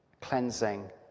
cleansing